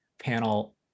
panel